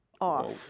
off